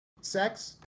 sex